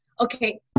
okay